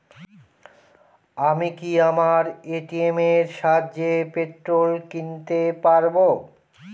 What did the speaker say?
আমি কি আমার এ.টি.এম এর সাহায্যে পেট্রোল কিনতে পারব?